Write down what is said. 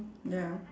ya